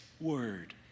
word